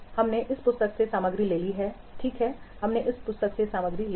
हमने इन पुस्तकों से सामग्री ले ली है ठीक है हमने इन पुस्तकों से सामग्री ले ली है